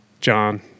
John